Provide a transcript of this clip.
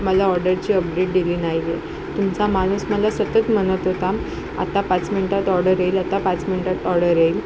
मला ऑर्डरची अपडेट दिली नाही आहे तुमचा माणूस मला सतत म्हणत होता आता पाच मिनटात ऑर्डर येईल आता पाच मिनटात ऑर्डर येईल